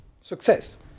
success